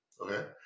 okay